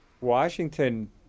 Washington